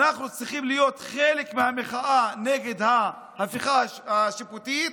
אנחנו צריכים להיות חלק מהמחאה נגד ההפיכה השיפוטית,